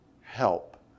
help